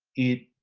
it